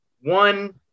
one